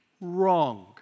wrong